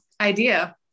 idea